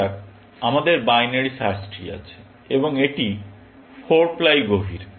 ধরা যাক আমাদের বাইনারি সার্চ ট্রি আছে এবং এটি 4 প্লাই গভীর